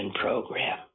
Program